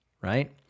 right